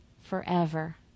forever